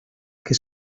que